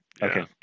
Okay